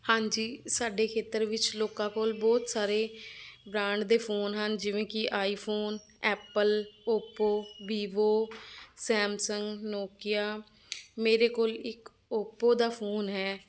ਹਾਂਜੀ ਸਾਡੇ ਖੇਤਰ ਵਿੱਚ ਲੋਕਾਂ ਕੋਲ ਬਹੁਤ ਸਾਰੇ ਬ੍ਰਾਂਡ ਦੇ ਫੋਨ ਹਨ ਜਿਵੇਂ ਕਿ iPhone Apple Oppo Vivo Samsung Nokia ਮੇਰੇ ਕੋਲ ਇੱਕ ਓਪੋ ਦਾ ਫੋਨ ਹੈ